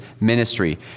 ministry